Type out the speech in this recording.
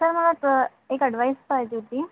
sir मला एक advice पाहिजे होती